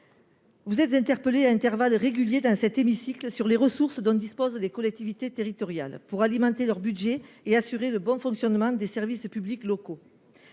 Vous êtes interpellé à intervalles réguliers dans cet hémicycle sur les ressources dont disposent les collectivités territoriales pour alimenter leur budget et assurer le bon fonctionnement des services publics locaux.